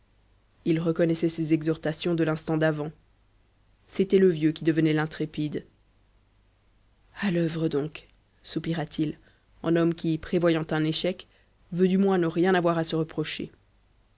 il reconnaissait ses exhortations de l'instant d'avant c'était le vieux qui devenait l'intrépide à l'œuvre donc soupira-t-il en homme qui prévoyant un échec veut du moins ne rien avoir à se reprocher